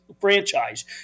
franchise